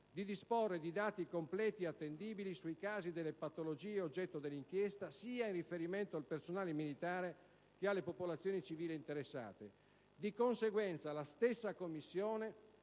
di disporre di dati completi e attendibili sui casi delle patologie oggetto dell'inchiesta, sia in riferimento al personale militare che alle popolazioni civili interessate. Di conseguenza, la stessa Commissione